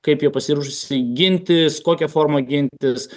kaip ji pasiruošusi gintis kokia forma gintis